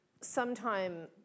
sometime